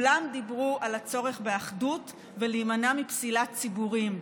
וכולם דיברו על הצורך באחדות ולהימנע מפסילת ציבורים.